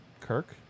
Kirk